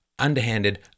underhanded